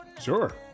sure